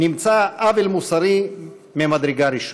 נמצא עוול מוסרי ממדרגה ראשונה.